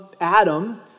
Adam